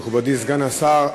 מכובדי סגן השר,